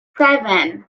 seven